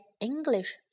English